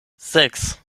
sechs